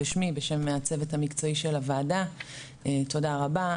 בשמי ובשם הצוות המקצועי של הוועדה תודה רבה.